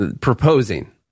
proposing